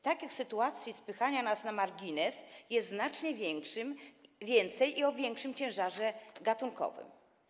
Takich sytuacji spychania nas na margines jest znacznie więcej i są one o większym ciężarze gatunkowym.